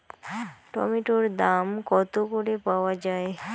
টমেটোর দাম কত করে পাওয়া যায়?